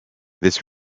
this